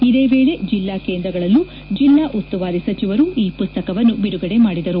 ಇದೇ ವೇಳೆ ಜಿಲ್ಲಾ ಕೇಂದ್ರಗಳಲ್ಲೂ ಜಿಲ್ಲಾ ಉಸ್ತುವಾರಿ ಸಚಿವರು ಈ ಪುಸ್ತಕವನ್ನು ಬಿಡುಗಡೆ ಮಾಡಿದರು